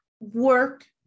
work